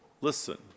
Listen